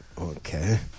Okay